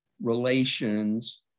relations